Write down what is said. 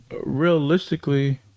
realistically